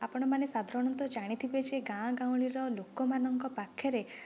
ଆପଣମାନେ ସାଧାରଣତଃ ଜାଣିଥିବେ ଯେ ଗାଁ ଗାଉଁଲିର ଲୋକମାନଙ୍କ ପାଖରେ